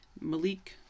Malik